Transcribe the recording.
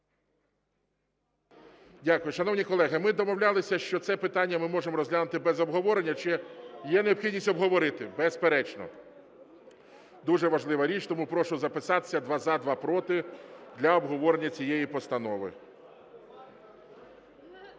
Дякую. Шановні колеги, ми домовлялися, що це питання ми можемо розглянути без обговорення. Чи є необхідність обговорити? Безперечно, дуже важлива річ, тому прошу записатися: два – за, два – проти для обговорення цієї постанови.